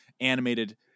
animated